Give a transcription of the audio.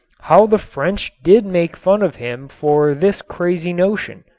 how the french did make fun of him for this crazy notion!